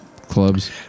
clubs